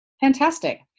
Fantastic